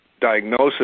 diagnosis